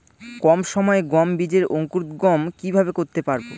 কম সময়ে গম বীজের অঙ্কুরোদগম কিভাবে করতে পারব?